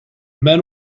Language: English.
men